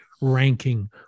ranking